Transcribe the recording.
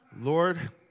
Lord